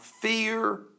fear